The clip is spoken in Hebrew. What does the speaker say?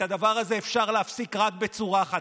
את הדבר הזה אפשר להפסיק רק בצורה אחת,